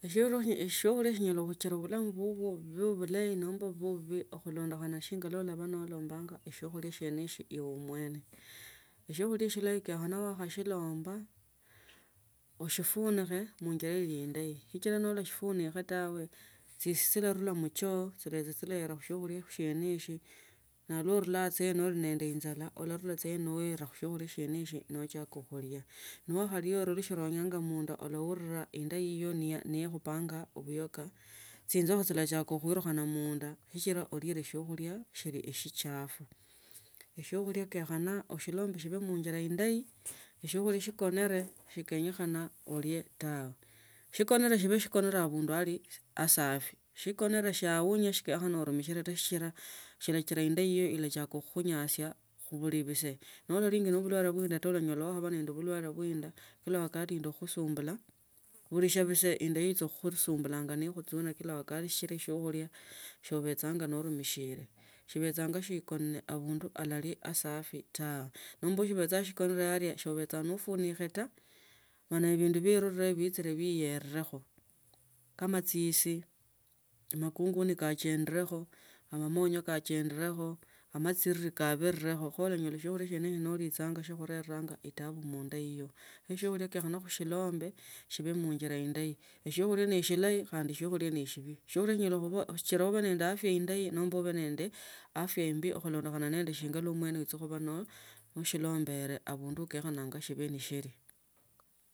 Siokhulio sinyaka khukhola bulamu bubwo bubebukayi namba bube bubii khulandokhana shingali le nolembanga eshiokhulia shinie ibe mwene shiokhulia shilanyi konyakhana newa khalomba ushifunikho muinjira ili indayi sichila norafunikha chisi chilarula mchoo alafu chirela msiakhulia siene isyo naluraa ene yo rli nende enjala olarosita saa ene iyo no wisa msiokhulia siene isyo nochakha khulia. Nokhalia gekha la munda mwao nourila indaanekhupaa inyoka chinjofu chilachiara khulukhana munda. Sichila walia siokhulia siaba sichafu eshiokhulia kenyakhanaa ashilembe shibe muinjila indayi eshiokhulia shikonele shikenyekhana alie tawe shikore le shiba shikonile abundu ali asafi shikonile shaunyile shikenyekhana unimishile taa sichila lakhila indaa iyo ichakha. Khukhunyasia khubula bise norali nende bulwale be mwetola sinyala khubaa nende bulwale na indaa ilakhusumbulanga kila wakati sichila siokhulia nofunikhe taa khandi bindu birule bichile biyerekho kama chisi amakungani kache ndireko, amamanjwe kachende neko, amachiriri kabiereko kho onyala siokhulia siolichenge shikhurelanga etaabu munda ito kho echiokhulia kenyakhana khushilombe shibi muinjira indayi eshiokhula ne eshilai khande ushilombe nende asya indayi nomba ube nende afya imbi khulondekhana nende shinga mwime urabaa noshilombele abundu kenyakhana shibe nashili.